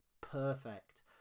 perfect